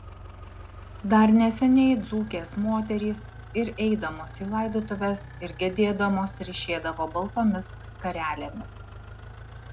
dar neseniai dzūkės moterys ir eidamos į laidotuves ir gedėdamos ryšėdavo baltomis skarelėmis